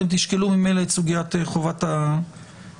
אתם תשקלו ממילא את סוגיית חובת הגילוי.